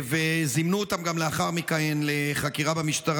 וזימנו אותם לאחר מכן לחקירה במשטרה,